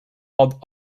called